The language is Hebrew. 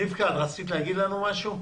רבקה ורבנר, רצית להגיד לנו משהו?